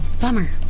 Bummer